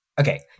Okay